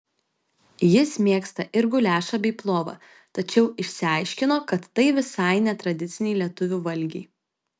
jis mėgsta ir guliašą bei plovą tačiau išsiaiškino kad tai visai ne tradiciniai lietuvių valgiai